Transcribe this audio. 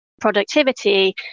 productivity